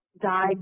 died